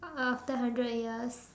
after hundred years